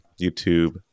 youtube